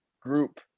group